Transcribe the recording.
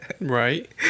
right